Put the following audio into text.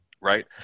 right